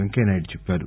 వెంకయ్యనాయుడు చెప్పారు